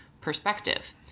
perspective